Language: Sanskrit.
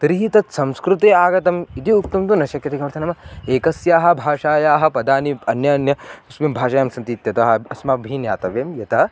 तर्हि तत् संस्कृते आगतम् इति वक्तुं तु न शक्यते किमर्थं नाम एकस्याः भाषायाः पदानि अन्य अन्यस्मिन् भाषायां सन्ति इत्यतः अस्माभिः ज्ञातव्यं यतः